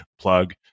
Plug